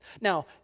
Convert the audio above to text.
Now